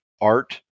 art